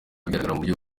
bigaragara